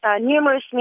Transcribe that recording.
numerous